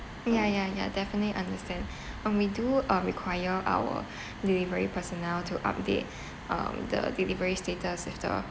ya ya ya definitely understand when we do uh require our delivery personnel to update on the delivery status with the